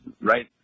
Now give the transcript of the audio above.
Right